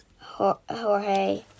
Jorge